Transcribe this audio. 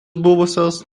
buvusios